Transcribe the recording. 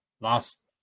Last